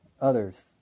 others